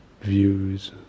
views